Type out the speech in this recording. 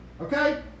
Okay